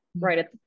right